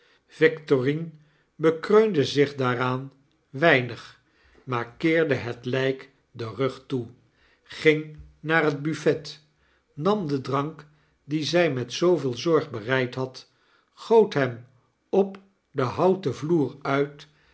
victorine bekreunde zich daaraan weinig maar keerde het lijk den rug toe ging naar het buffet nam den drank dien zij met zooveel zorg bereid had goot hem op den houten vloer uit